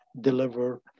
deliver